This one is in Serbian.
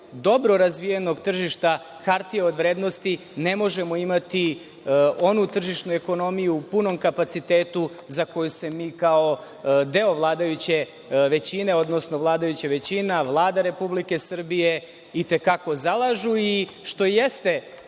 dobro razvijenog tržišta hartije od vrednosti ne možemo imati onu tržišnu ekonomiju u punom kapacitetu za koju se mi kao deo vladajuće većine, odnosno vladajuća većina, Vlada Republike Srbije i te kako zalažu, i što je ste